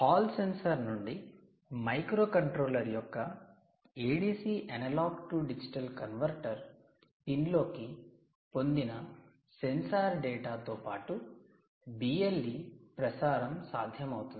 hall sensor నుండి microcontroller యొక్క ADC analogue to digital converter పిన్లోకి పొందిన సెన్సార్ డేటాతో పాటు 'BLE' ప్రసారం సాధ్యమవుతుంది